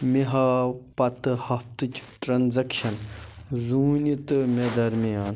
مےٚ ہاو پَتہٕ ہفتٕچ ٹرٛانٛزیکشَن زوٗنہِ تہٕ مےٚ درمیان